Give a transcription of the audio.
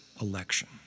election